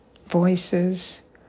Voices